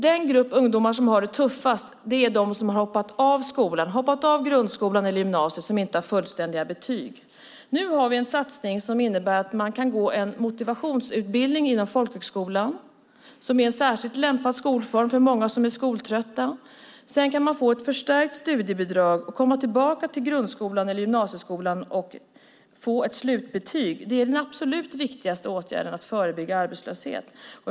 Den grupp ungdomar som har det tuffast är de som har hoppat av grundskolan eller gymnasiet och inte har fullständiga betyg. Nu gör vi en satsning som innebär att man kan gå en motivationsutbildning inom folkhögskolan som är en särskilt lämplig skolform för många som är skoltrötta. Man kan få ett förstärkt studiebidrag och komma tillbaka till grundskolan eller gymnasieskolan och få ett slutbetyg. Det är den absolut viktigaste åtgärden för att förebygga arbetslöshet.